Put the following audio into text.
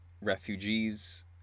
refugees